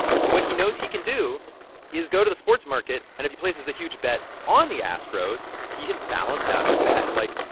so what he knows he can do is go to the sports market, and if he places a huge bet on the astros, he has balanced out his bet. like,